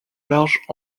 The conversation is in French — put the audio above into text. large